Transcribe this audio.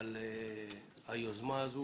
על היוזמה הזאת,